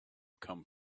come